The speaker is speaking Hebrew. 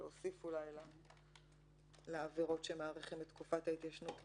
להוסיף לעבירות שמאריכים את תקופת ההתיישנות בגינן.